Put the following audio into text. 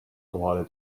kohale